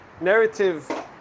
narrative